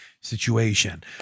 situation